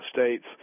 states